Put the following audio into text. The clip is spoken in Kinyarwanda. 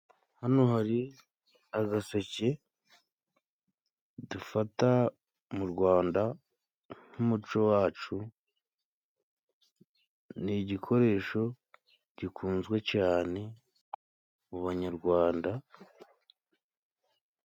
hano hari agasoke dufata mu rwanda nk'umuco wacu nigikoresho gikunzwe cyane mu banyarwanda. Hano hari agaseke, dufata mu Rwanda nk' umuco wacu, ni igikoresho gikunzwe cyane mu banyarwanda.